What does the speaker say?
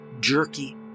jerky